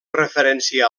referència